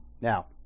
Now